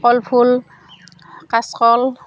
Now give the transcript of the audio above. কল ফুল কাঁচকল